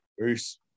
Peace